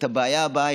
את הבעיה הבאה.